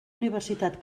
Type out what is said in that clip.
universitat